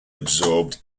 absorbed